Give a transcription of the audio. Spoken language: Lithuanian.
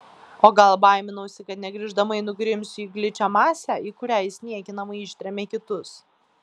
o gal baiminausi kad negrįžtamai nugrimsiu į gličią masę į kurią jis niekinamai ištrėmė kitus